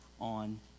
on